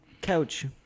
couch